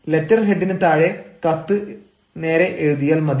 letter ഹെഡിന് താഴെ കത്ത് എഴുതിയാൽ മതി